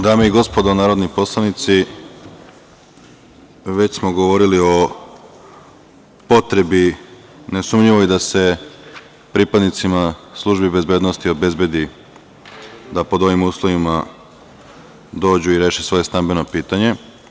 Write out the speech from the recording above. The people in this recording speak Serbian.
Dame i gospodo narodni poslanici, već smo govorili o potrebi nesumnjivoj da se pripadnicima službe bezbednosti obezbedi da pod ovim uslovima dođu i reše svoje stambeno pitanje.